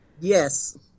Yes